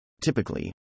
Typically